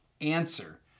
answer